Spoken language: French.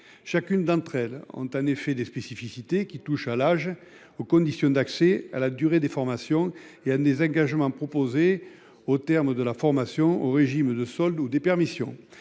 chacune d'entre elles ont un effet des spécificités qui touche à l'âge aux conditions d'accès à la durée des formations et un désengagement proposés au terme de la formation au régime de soldes ou des permissions